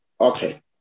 okay